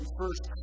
first